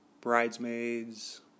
Bridesmaids